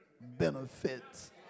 benefits